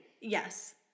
Yes